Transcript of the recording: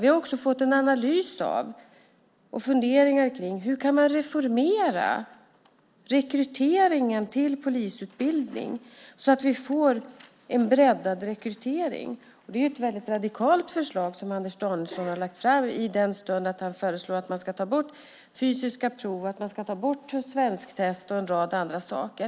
Vi har också fått en analys av och funderingar om hur man kan reformera rekryteringen till polisutbildningen så att vi får en breddad rekrytering. Det är ett radikalt förslag som Anders Danielsson lägger fram när han föreslår att man ska ta bort fysiska prov, svensktest och en rad andra saker.